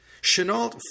Chenault